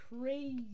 crazy